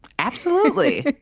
absolutely.